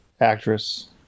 actress